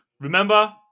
remember